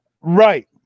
Right